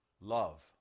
Love